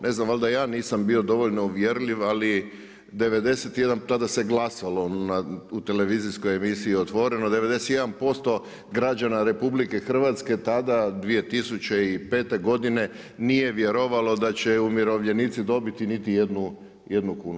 Ne znam, valjda ja nisam bio dovoljno uvjerljiv, ali, tada se glasalo u televizijskoj emisiji Otvorno, 91% građana RH, tada 2005. nije vjerovalo da će umirovljenici dobiti niti jednu kunu.